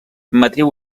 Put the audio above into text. matriu